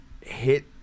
hit